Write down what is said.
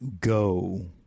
go